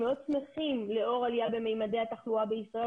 הם מאוד שמחים לאור העלייה בממדי התחלואה בישראל,